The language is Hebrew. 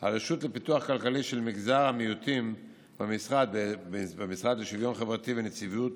הרשות לפיתוח כלכלי של מגזר המיעוטים במשרד לשוויון חברתי ונציבות